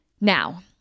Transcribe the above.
Now